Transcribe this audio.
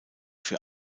für